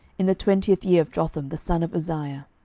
in the twentieth year of jotham the son of uzziah.